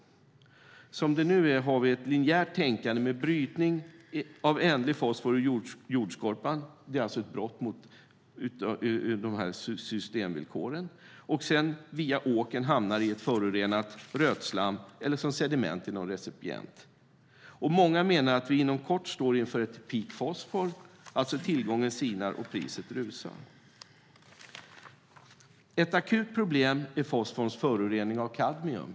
Som det nu är har vi ett linjärt tänkande med brytning av ändlig fosfor ur jordskorpan, vilket är ett brott mot systemvillkoren. Via åkern hamnar det sedan i ett förorenat rötslam eller som sediment i någon recipient. Många menar att vi inom kort står inför ett peak fosfor, alltså att tillgången sinar och priset rusar. Ett akut problem är fosforns förorening av kadmium.